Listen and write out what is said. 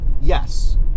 Yes